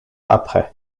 après